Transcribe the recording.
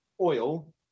oil